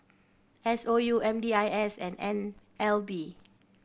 S O U M D I S and N L B